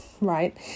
right